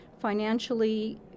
financially